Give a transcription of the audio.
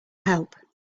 help